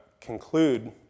conclude